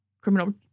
criminal